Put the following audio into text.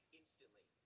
instantly